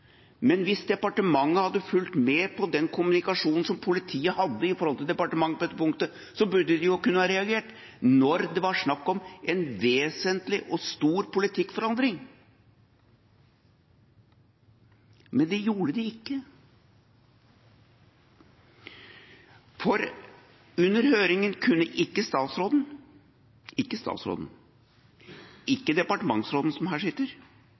men hvis departementet hadde fulgt med på den kommunikasjonen som politiet hadde med departementet på dette punktet, burde de jo ha kunnet reagere når det var snakk om en vesentlig og stor politikkforandring. Men de gjorde ikke det. Under høringen kunne ikke statsråden, ikke departementsråden, som her sitter, ikke sjefen for Politiavdelingen, som her sitter,